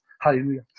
Hallelujah